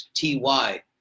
ty